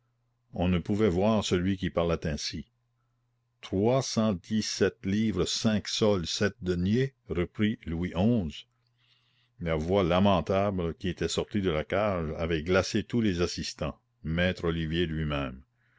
on ne pouvait voir celui qui parlait ainsi trois cent dix-sept livres cinq sols sept deniers reprit louis xi la voix lamentable qui était sortie de la cage avait glacé tous les assistants maître olivier lui-même